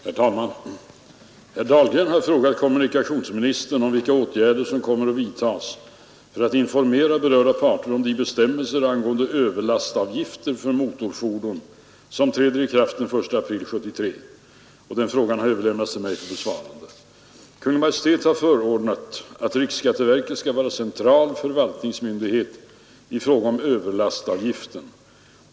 Herr talman! Herr Dahlgren har frågat kommunikationsministern vilka åtgärder som kommer att vidtagas för att informera berörda parter om de bestämmelser angående överlastavgifter för motorfordon, som träder i kraft den 1 april 1973. Frågan har överlämnats till mig för besvarande. Kungl. Maj:t har förordnat, att riksskatteverket skall vara central förvaltningsmyndighet i fråga om överlastavgiften.